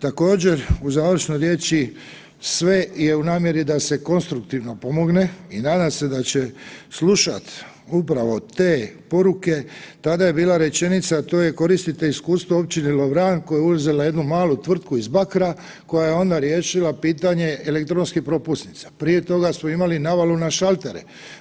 Također u završnoj riječi sve je u namjeri da se konstruktivno pomogne i nadam se da će slušat upravo te poruke, tada je bila rečenica, a to je koristite iskustvo Općine Lovran koja je uzela jednu malu tvrtku iz Bakra koja je onda riješila pitanje elektronskih propusnica, prije toga smo imali navalu na šaltere.